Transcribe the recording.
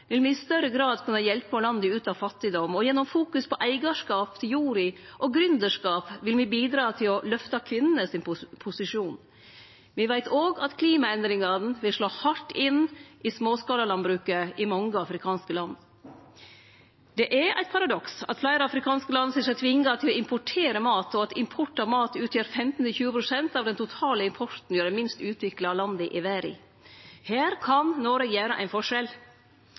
vil me i større grad kunne hjelpe landa ut av fattigdom. Gjennom å fokusere på eigarskap til jorda og gründerskap vil me bidra til å løfte kvinnene sin posisjon. Me veit òg at klimaendringane vil slå hardt inn i småskalalandbruket i mange afrikanske land. Det er eit paradoks at fleire afrikanske land ser seg tvinga til å importere mat, og at import av mat utgjer 15–20 pst. av den totale importen hjå dei minst utvikla landa i verda. Her kan Noreg gjere ein forskjell.